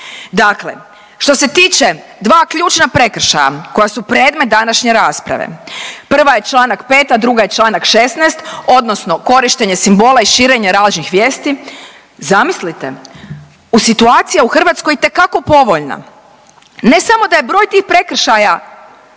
Dakle, što se tiče dva ključna prekršaja koja su predmet današnje rasprave, prva je Članak 5., a druga je Članak 16. odnosno korištenje simbola i širenja lažnih vijesti zamislite u situacija u Hrvatskoj je itekako povoljna. Ne samo da je broj tih prekršaja